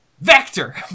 Vector